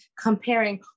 comparing